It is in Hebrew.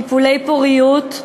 טיפולי פוריות,